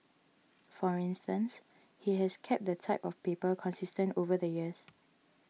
for instance he has kept the type of paper consistent over the years